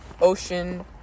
ocean